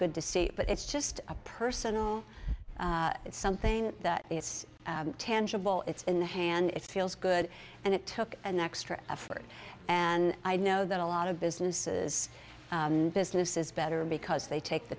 good to see but it's just a personal it's something that it's tangible it's in the hand it feels good and it took an extra effort and i know that a lot of businesses business is better because they take the